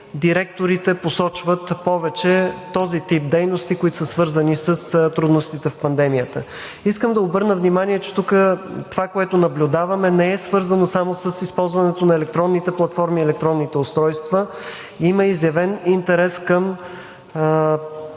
директорите посочват повече този тип дейности, които са свързани с трудностите в пандемията. Искам да обърна внимание, че тук това, което наблюдаваме, не е свързано само с използването на електронните платформи и електронните устройства. Има изявен интерес към